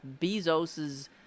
Bezos's